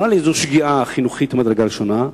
נראה לי שזו שגיאה חינוכית ממדרגה ראשונה.